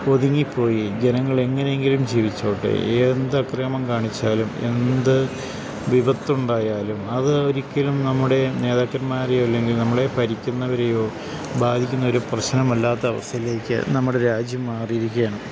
ഒതുങ്ങിപോയി ജനങ്ങളെങ്ങനേങ്കിലും ജീവിച്ചോട്ടെ എന്തക്രമം കാണിച്ചാലും എന്ത് വിപത്തുണ്ടായാലും അതൊരിക്കലും നമ്മുടെ നേതാക്കന്മാരെയോ അല്ലെങ്കിൽ നമ്മളെ ഭരിക്കുന്നവരെയോ ബാധിക്കുന്ന ഒരു പ്രശ്നമല്ലാത്തവസ്ഥയിലേക്ക് നമ്മുടെ രാജ്യം മാറി ഇരിക്കുകയാണ്